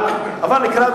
אבל אני אקרא,